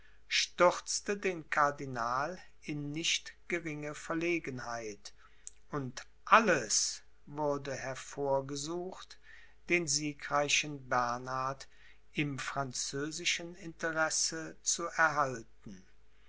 stürzte den cardinal in nicht geringe verlegenheit und alles wurde hervorgesucht den siegreichen bernhard im französischen interesse zu erhalten